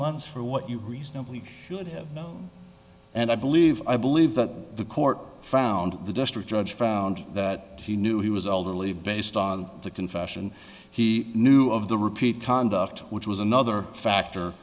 months for what you reasonably should have known and i believe i believe that the court found the district judge found that he knew he was older leave based on the confession he knew of the repeat conduct which was another factor